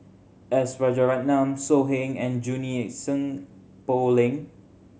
S Rajaratnam So Heng and Junie Sng Poh Leng